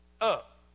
up